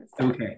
Okay